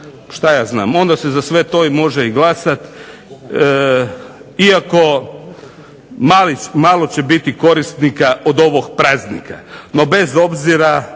šta ja znam onda se za sve to i može i glasati, iako malo će biti korisnika od ovog praznika, no bez obzira,